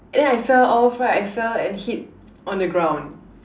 and then I fell off right I fell and hit on the ground